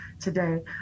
today